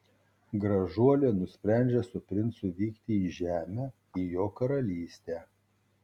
gražuolė nusprendžia su princu vykti į žemę į jo karalystę